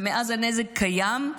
ומאז הנזק קיים,